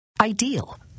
Ideal